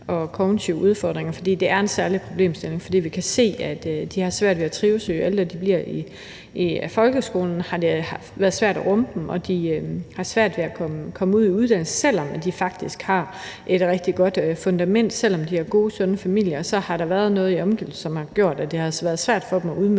og kognitive udfordringer. Det er en særlig problemstilling, for vi kan se, at de har svært ved at trives. Jo ældre de bliver i folkeskolen, jo sværere har det været at rumme dem, og de har svært ved at komme ud i uddannelse, selv om de faktisk har et rigtig godt fundament. Selv om de har gode, sunde familier, så har der været noget i omgivelserne, som har gjort, at det har været svært for dem at udmønte